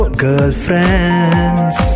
girlfriends